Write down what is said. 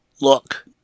look